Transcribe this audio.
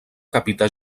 capità